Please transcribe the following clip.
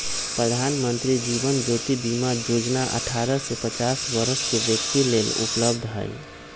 प्रधानमंत्री जीवन ज्योति बीमा जोजना अठारह से पचास वरस के व्यक्तिय लेल उपलब्ध हई